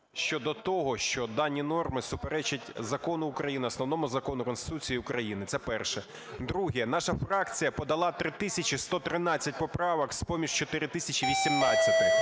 щодо того, що дані норми суперечать Закону України – Основному закону Конституції України. Це перше. Друге. Наша фракція подала 3113 поправок з поміж 4018-и.